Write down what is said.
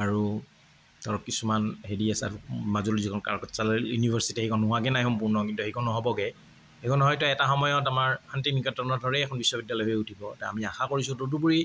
আৰু ধৰক কিছুমান হেৰি আছে আৰু মাজুলীৰ যিখন ইউনিভাৰ্চিটি সেইখন হোৱাগৈ নাই সম্পূৰ্ণ কিন্তু সেইখনো হ'বগৈ সেইখন হয়তো এটা সময়ত আমাৰ শান্তি নিকেতনৰ দৰেই এখন বিশ্ববিদ্যালয় হৈ উঠিব তে আমি আশা কৰিছোঁ তদুপৰি